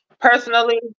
personally